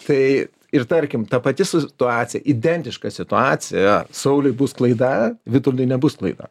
tai ir tarkim ta pati situacija identiška situacija sauliui bus klaida vitoldui nebus klaida